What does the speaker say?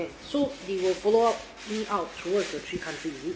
can so they will follow up me out throughout the three countries is it